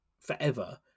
forever